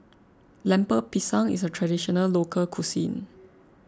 Lemper Pisang is a Traditional Local Cuisine